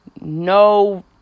no